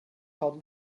called